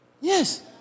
Yes